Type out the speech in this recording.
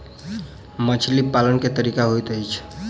मछली पालन केँ तरीका की होइत अछि?